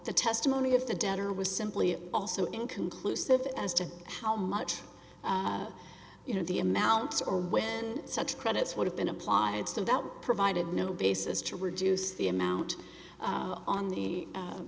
the testimony of the debtor was simply also inconclusive as to how much you know the amounts or when such credits would have been applied so that provided no basis to reduce the amount on the